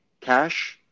cash